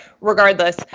regardless